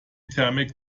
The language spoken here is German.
thermik